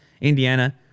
Indiana